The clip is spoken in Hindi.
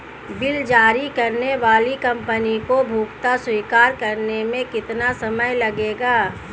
बिल जारी करने वाली कंपनी को भुगतान स्वीकार करने में कितना समय लगेगा?